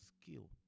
skill